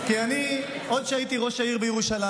כי אני, עוד כשהייתי ראש העיר בירושלים,